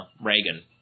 Reagan